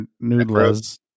noodles